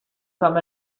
come